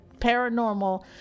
paranormal